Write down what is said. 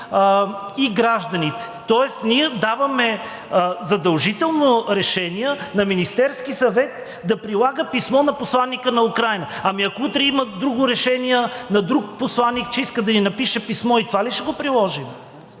и гражданите.“ Тоест ние даваме задължително решение на Министерския съвет да прилага писмо на посланика на Украйна. Ами ако утре има друго решение на друг посланик, че иска да ни напише писмо, и това ли ще го приложим?!